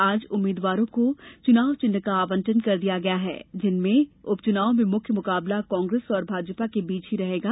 आज उम्मीदवारों को चुनाव चिन्ह का आवंटन कर दिया गया है जिनमें उपचुनाव में मुख्य मुकाबला कांग्रेस और भाजपा के बीच ही रहेगा